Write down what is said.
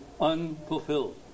unfulfilled